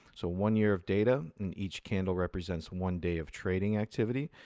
so one year of data, and each candle represents one day of trading activity.